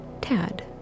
Tad